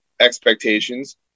expectations